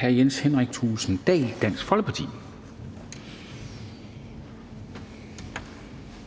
hr. Jens Henrik Thulesen Dahl, Dansk Folkeparti.